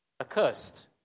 accursed